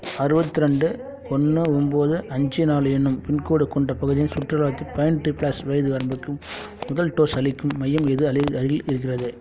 அறுபத்ரெண்டு ஒன்று ஒம்பது அஞ்சு நாலு என்னும் பின்கோடு கொண்ட பகுதியின் சுற்றுலாத்தின் பதினெட்டு ப்ளஸ் வயது வரம்புக்கும் முதல் டோஸ் அளிக்கும் மையம் எதுவும் அருகில் அருகில் இருக்கிறது